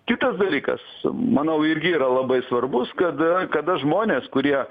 kitas dalykas manau irgi yra labai svarbus kad kada žmonės kurie